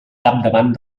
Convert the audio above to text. capdavant